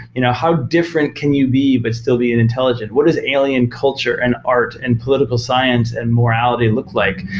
you know how different can you be, but still be an intelligent? what is alien culture and art and political science and morality look like?